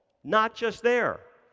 not just there.